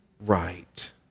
right